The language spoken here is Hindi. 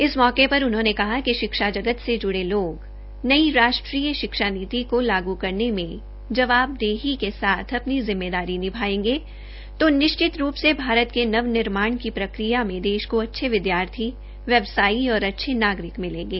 इस मौके पर उन्होने कहा कि शिक्षा जगत से जुड़े लोग नई राष्ट्रीय शिक्षा नीति को लागू करने में जबावदेही के साथ अपनी जिम्मेवारी निभाएगें तो निश्चत रूप से भारत के नव निर्माण की प्रक्रिया में देश को अच्छे विद्यार्थी व्यवसायी और अच्छे नागरिक मिलेंगे